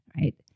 right